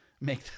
make